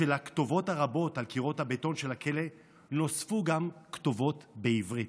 שלכתובות הרבות על קירות הבטון של הכלא נוספו גם כתובות בעברית.